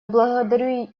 благодарю